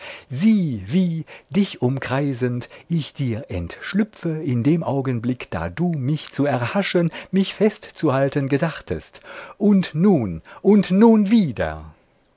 sieh wie dich umkreisend ich dir entschlüpfe in dem augenblick da du mich zu erhaschen mich festzuhalten gedachtest und nun und nun wieder